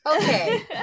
okay